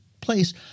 place